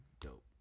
Dope